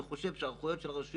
אני חושב שבהיערכויות של רשויות,